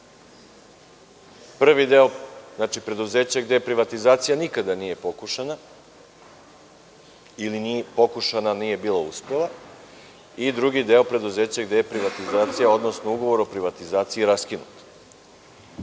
Prvi deo, preduzeća gde privatizacija nikada nije pokušana ili je pokušana, a nije bila uspešna, i drugi deo preduzeća gde je privatizacija, odnosno ugovor o privatizaciji raskinut. Ugovori